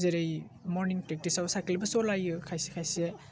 जेरै मरनिं प्रेकटिस आव साइकेल बो सलायो खायसे खायसे